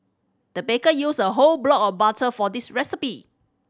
the baker used a whole block of butter for this recipe